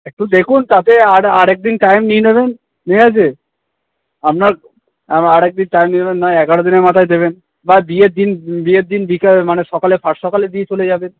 একটু দেখুন তাতে আর আর একদিন টাইম নিয়ে নেবেন ঠিক আছে আপনার আর একদিন টাইম নিয়ে নেবেন নয় এগারো দিনের মাথায় দেবেন বা বিয়ের দিন বিয়ের দিন বিকেলে মানে সকালে মানে ফাস্ট সকালে দিয়ে চলে যাবেন